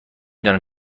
دانم